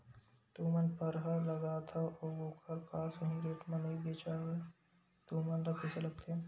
तू मन परहा लगाथव अउ ओखर हा सही रेट मा नई बेचवाए तू मन ला कइसे लगथे?